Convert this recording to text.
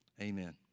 Amen